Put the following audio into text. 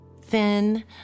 thin